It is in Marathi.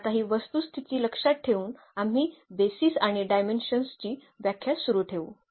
तर आता ही वस्तुस्थिती लक्षात ठेवून आम्ही बेसीस आणि डायमेन्शन्सची व्याख्या सुरू ठेवू